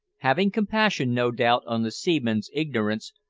having compassion, no doubt, on the seaman's ignorance,